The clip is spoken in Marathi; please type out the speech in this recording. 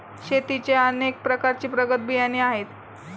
शेतीचे अनेक प्रकारचे प्रगत बियाणे आहेत